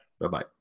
Bye-bye